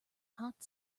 hot